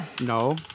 no